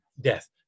death